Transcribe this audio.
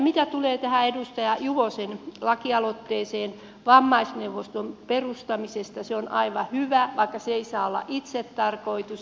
mitä tulee tähän edustaja juvosen lakialoitteeseen vammaisneuvoston perustamisesta se on aivan hyvä vaikka se ei saa olla itsetarkoitus